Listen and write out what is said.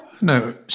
No